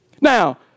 Now